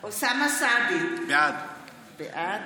בעד אוסאמה סעדי, בעד